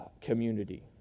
community